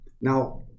Now